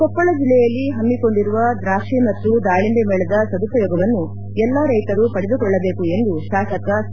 ಕೊಪ್ಪಳ ಜಿಲ್ಲೆಯಲ್ಲಿ ಹಮ್ಮಿಕೊಂಡಿರುವ ದ್ರಾಕ್ಷಿ ಮತ್ತು ದಾಳಿಂದೆ ಮೇಳದ ಸದುಪಯೋಗವನ್ನು ಎಲ್ಲಾ ರೈತರು ಪಡೆದುಕೊಳ್ಳಬೇಕು ಎಂದು ಶಾಸಕ ಕೆ